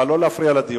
אבל לא להפריע לדיון.